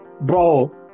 Bro